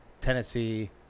Tennessee